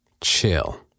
Chill